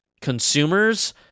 consumers